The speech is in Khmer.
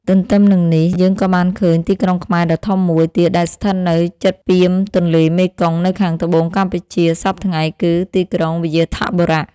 ទន្ទឹមនឹងនេះ យើងក៏បានឃើញ ទីក្រុងខ្មែរដ៏ធំមួយទៀតដែលស្ថិតនៅជិតពាមទន្លេមេគង្គ នៅខាង ត្បូងកម្ពុជាសព្វថ្ងៃគឺទីក្រុង វ្យាធបុរៈ ។